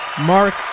Mark